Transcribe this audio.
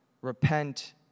repent